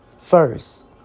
First